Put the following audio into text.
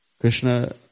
Krishna